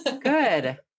Good